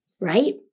right